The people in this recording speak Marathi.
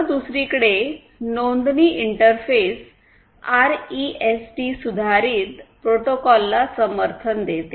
तर दुसरीकडे नोंदणी इंटरफेस आरईएसटी आधारित प्रोटोकॉलला समर्थन देते